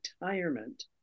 retirement